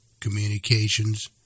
communications